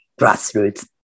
grassroots